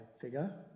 figure